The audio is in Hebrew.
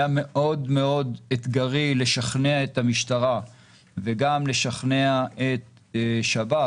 היה מאוד מאוד מאתגר לשכנע את המשטרה וגם לשכנע את שב"ס,